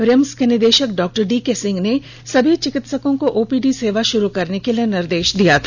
RIMS के निदेष्टाक doctor D K Singh ने सभी चिकित्सकों को ओपीडी सेवा शुरू करने के लिए निर्दे घ दिया था